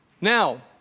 Now